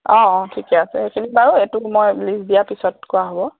অঁ অঁ ঠিকে আছে এইখিনি বাৰু এইটো মই লিষ্ট দিয়াৰ পিছত কোৱা হ'ব